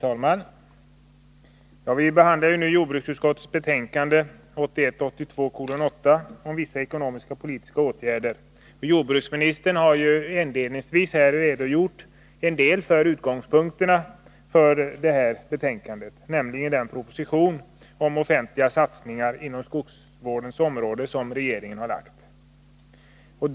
Herr talman! Vi behandlar ju nu jordbruksutskottets betänkande 1981/ 82:8 om vissa ekonomisk-politiska åtgärder. Jordbruksministern har inledningsvis redogjort för utgångspunkterna för detta betänkande, nämligen den proposition om offentliga satsningar inom skogsvårdens område som regeringen har lagt fram.